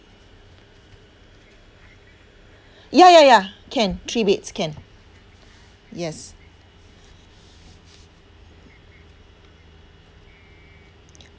ya ya ya can three beds can yes